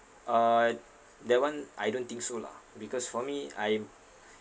uh that [one] I don't think so lah because for me I'm